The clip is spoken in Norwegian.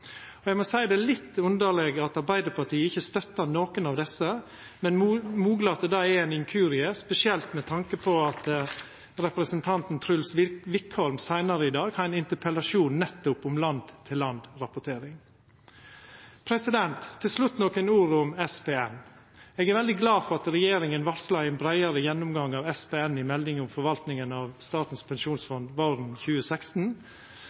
Eg må seia det er litt underleg at Arbeidarpartiet ikkje støttar nokon av desse, men det er mogleg det er ein inkurie, spesielt med tanke på at representanten Truls Wickholm seinare i dag har ein interpellasjon nettopp om land-for-land-rapportering. Til slutt nokre ord om SPN. Eg er veldig glad for at regjeringa varslar ein breiare gjennomgang av SPN i meldinga om forvaltinga av Statens pensjonsfond våren 2016.